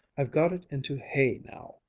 i've got it into hay now,